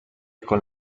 con